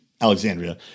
Alexandria